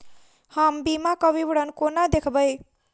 हम बीमाक विवरण कोना देखबै?